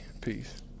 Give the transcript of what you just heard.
Peace